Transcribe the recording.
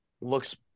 looks